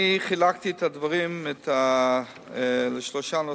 אני חילקתי את הדברים לשלושה נושאים.